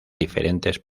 diferentes